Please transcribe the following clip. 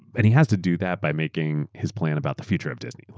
and he has to do that by making his plan about the future of disney,